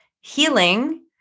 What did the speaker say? healing